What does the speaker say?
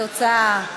התוצאה: